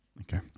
okay